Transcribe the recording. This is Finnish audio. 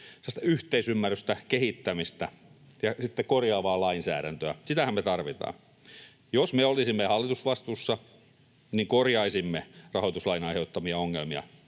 yhteisymmärrystä, kehittämistä ja korjaavaa lainsäädäntöä, sitähän me tarvitaan. Jos me olisimme hallitusvastuussa, korjaisimme rahoituslain aiheuttamia ongelmia.